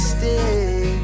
Stay